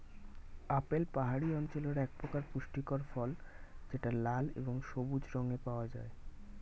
apple পাহাড়ি অঞ্চলের একপ্রকার পুষ্টিকর ফল যেটা লাল এবং সবুজ রঙে পাওয়া যায়